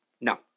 No